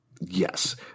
Yes